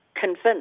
convinced